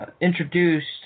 introduced